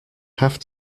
have